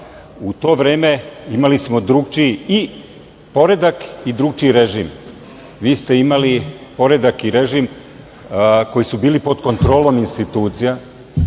u to vreme imali smo drugačiji i poredak i drugačiji režim. Vi ste imali poredak i režim koji su bili pod kontrolom institucija,